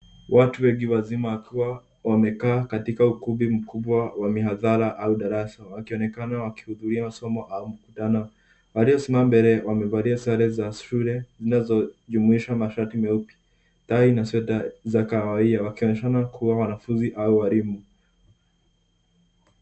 Watu wengi wazima wakiwa wamekaa katika ukumbi mkubwa wa mihadhara au darasa wakionekana wakihudhuria masomo au mkutano. Walio simama mbele wamevalia sare za shule zinazo jumuisha mashati meupe, tai na sweta za kahawia wakionekana kuwa wanafunzi au walimu.